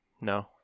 No